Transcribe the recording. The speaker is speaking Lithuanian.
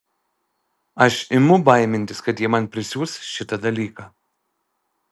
aš imu baimintis kad jie man prisiūs šitą dalyką